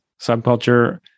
subculture